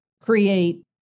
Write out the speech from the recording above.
create